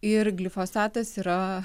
ir glifosatas yra